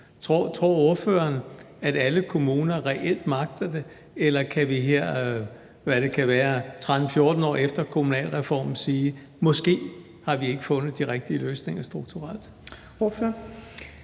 Tror ordføreren, at alle kommuner reelt magter det? Eller kan vi her 13-14 år efter kommunalreformen sige: Måske har vi ikke fundet de rigtige løsninger strukturelt?